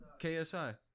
KSI